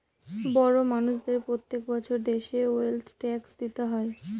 বড় মানষদের প্রত্যেক বছর দেশের ওয়েলথ ট্যাক্স দিতে হয়